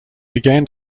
began